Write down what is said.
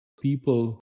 people